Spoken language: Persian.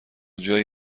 جایی